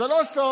זה לא סוד.